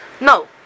No